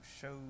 shows